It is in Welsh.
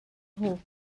nhw